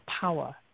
power